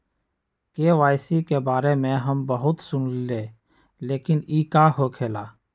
KYC के बारे में हम बहुत सुनीले लेकिन इ का होखेला?